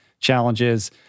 challenges